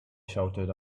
shouted